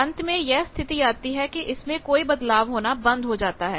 अंत में यह स्थिति आती है कि इसमें कोई बदलाव होना बंद हो जाता है